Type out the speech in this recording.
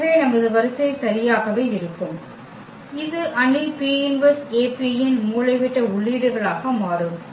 எனவே நமது வரிசை சரியாகவே இருக்கும் இது அணி P−1AP இன் மூலைவிட்ட உள்ளீடுகளாக மாறும்